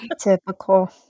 Typical